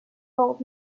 old